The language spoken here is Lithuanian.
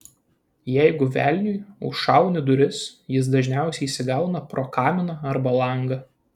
jeigu velniui užšauni duris jis dažniausiai įsigauna pro kaminą arba langą